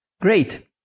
Great